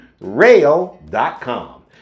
rail.com